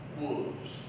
wolves